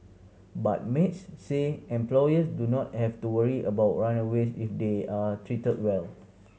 but Maids say employers do not have to worry about runaways if they are treated well